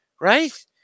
right